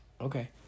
Okay